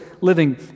living